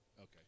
Okay